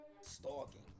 Stalking